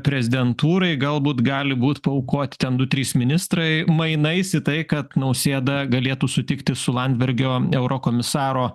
prezidentūrai galbūt gali būt paaukoti ten du trys ministrai mainais į tai kad nausėda galėtų sutikti su landsbergio eurokomisaro